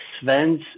Sven's